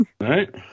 right